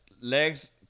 legs